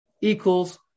equals